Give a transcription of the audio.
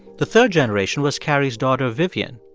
the third generation was carrie's daughter, vivian,